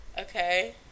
okay